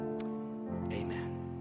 amen